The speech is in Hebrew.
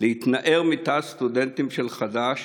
להתנער מתא הסטודנטים של חד"ש